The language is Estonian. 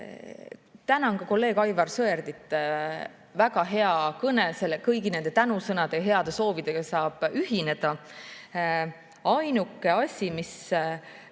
Tänan ka kolleeg Aivar Sõerdit – väga hea kõne, kõigi nende tänusõnade ja heade soovidega saan ühineda. Ainuke asi, mille